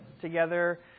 together